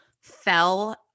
fell